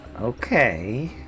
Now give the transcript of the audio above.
Okay